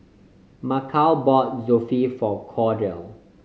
Mychal bought Zosui for Cordell